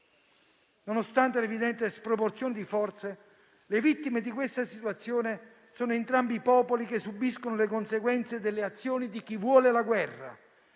Nonostante l'evidente sproporzione di forze, le vittime di questa situazione sono entrambi i popoli che subiscono le conseguenze delle azioni di chi vuole la guerra.